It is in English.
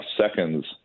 seconds